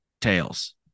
tails